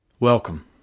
Welcome